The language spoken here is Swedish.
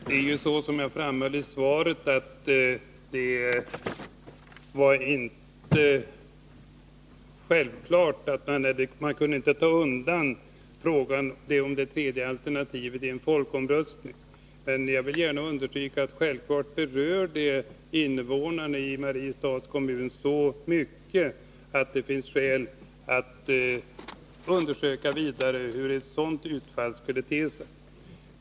Herr talman! Som jag framhöll i svaret var det inte självklart att i en folkomröstning ta bort det tredje alternativet. Men jag vill gärna understryka att invånarna i Mariestads kommun självfallet berörs så mycket, att det finns skäl undersöka hur ett utfall för det alternativet skulle te sig.